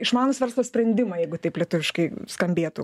išmanūs verslo sprendimai jeigu taip lietuviškai skambėtų